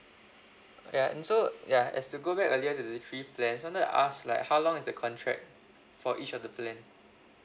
ya and so ya as to go back earlier to the three plans I wanted to ask like how long is the contract for each of the plan